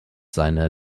seine